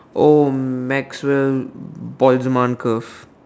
oh Maxwell-Boltzmann curve